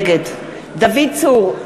נגד דוד צור,